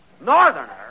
Northerner